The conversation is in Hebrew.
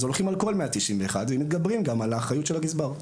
אז הולכים על כל סעיף 191 ומתגברים גם האחריות של הגזבר.